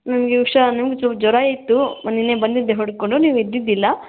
ನನ್ಗೆ ಹುಷಾ ನನಗೆ ಚೂರು ಜ್ವರಯಿತ್ತು ನಿನ್ನೆ ಬಂದಿದ್ದೆ ಹುಡ್ಕೊಂಡು ನೀವಿದ್ದಿದ್ದಿಲ್ಲ